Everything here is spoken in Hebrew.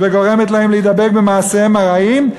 וגורמת להם להידבק במעשיהם הרעים,